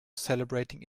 celebrating